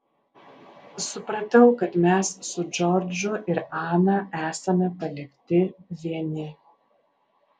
supratau kad mes su džordžu ir ana esame palikti vieni